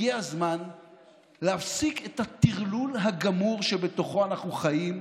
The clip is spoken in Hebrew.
הגיע הזמן להפסיק את הטרלול הגמור שבתוכו אנחנו חיים.